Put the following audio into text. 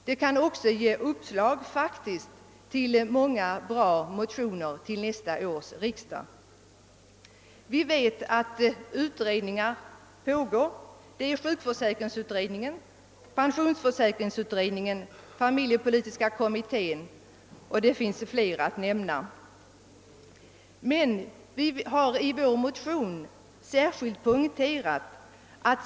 De kan faktiskt också ge uppslag till många bra motioner till nästa års riksdag. Vi vet att utredningar pågår, sjukförsäkringsutredningen, pensionsförsäkringsutredningen, familjepolitiska kommittén och flera andra som här kunde nämnas.